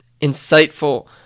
insightful